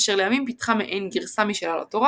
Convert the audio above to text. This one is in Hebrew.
אשר לימים פיתחה מעין גרסה משלה לתורה